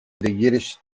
yiddish